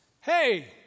hey